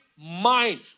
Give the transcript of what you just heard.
mind